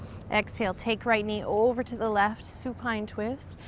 exhale, take right knee over to the left. supine twist.